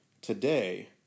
Today